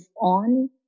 on